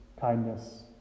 kindness